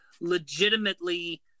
legitimately